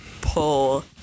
pull